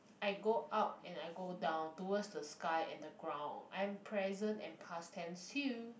I go out and I go down towards the sky and the ground I am present and past tense too